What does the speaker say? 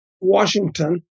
Washington